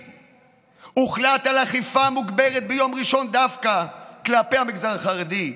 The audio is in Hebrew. הוחלט על אכיפה מוגברת ביום ראשון דווקא כלפי המגזר החרדי?